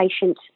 patient